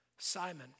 Simon